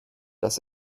dass